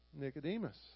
Nicodemus